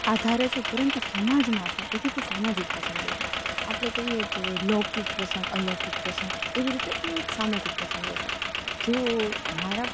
આધારે છે પરંતુ સમાજમાં છે તેથી તે સામાજિક પ્રસંગો છે આપણે કહીએ કે લૌકિક પ્રસંગ અલૌકિક પ્રસંગ એવી રીતે એ એક સામાજિક પ્રસંગો છે જો મારા